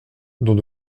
dans